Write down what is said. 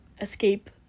escape